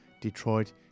Detroit